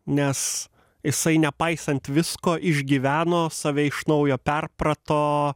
nes jisai nepaisant visko išgyveno save iš naujo perprato